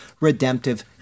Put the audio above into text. redemptive